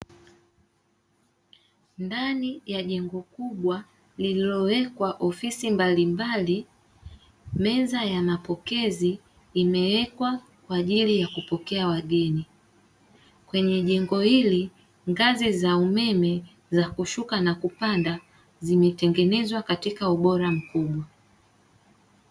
Ndani ya jengo kubwa lililowekwa ofisi mbalimbali. Meza yanapokezi imeekwa kwa ajili ya kupokea wageni. Kwenye jengo hili ngazi za umeme za kushuka na kupanda zimetengenezwa katika ubora mkubwa.